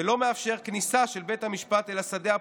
ולא מאפשר כניסה של בית המשפט אל השדה הפוליטי,